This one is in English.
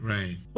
Right